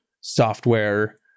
software